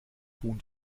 huhn